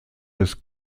des